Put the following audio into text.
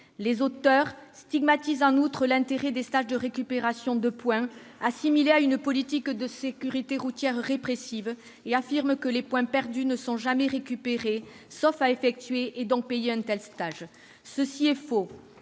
de loi stigmatisent en outre l'intérêt des stages de récupération de points, assimilés à une politique de sécurité routière répressive, et affirment que les points perdus ne sont jamais récupérés, sauf à effectuer- et donc à payer -un tel stage. Cela est faux.